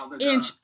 inch